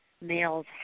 males